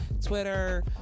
Twitter